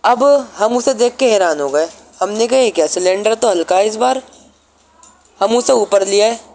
اب ہم اسے دیکھ کے حیران ہو گئے ہم نے کہا یہ کیا سلینڈر تو ہلکا ہے اس بار ہم اسے اوپر لے آئے